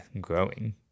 growing